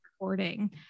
recording